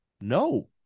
No